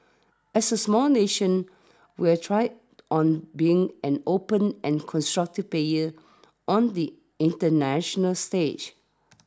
as a small nation we have thrived on being an open and constructive player on the international stage